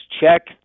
check